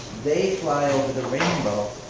they fly over the rainbow,